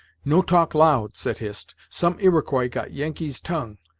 no talk loud, said hist. some iroquois got yengeese tongue,